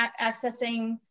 accessing